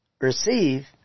receive